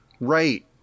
Right